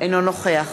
אינו נוכח